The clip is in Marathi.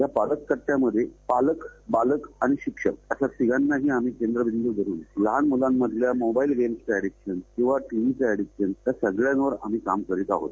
या पालक कट्टयामध्ये पालक बालक आणि शिक्षक अशा तिघानाही केंद्रबिंदू बनवून लहान मुलांमधल्या मोबाईल गेम्सचं ऍडिक्शन किंवा टीव्ही या सगळ्यावर आम्ही काम करत आहोत